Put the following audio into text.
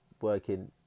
working